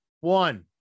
One